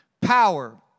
power